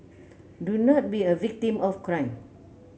do not be a victim of crime